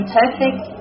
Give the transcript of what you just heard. perfect